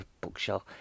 bookshelf